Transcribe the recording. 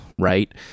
right